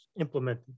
implemented